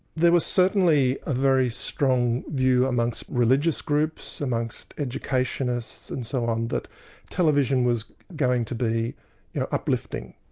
there was certainly a very strong view amongst religious groups, amongst educationists, and so on, that television was going to be uplifting.